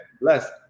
Bless